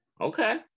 Okay